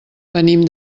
venim